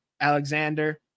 Alexander